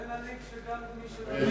היום יום שני, ראש חודש אב, א'